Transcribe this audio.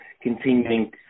continuing